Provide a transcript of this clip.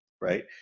right